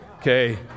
Okay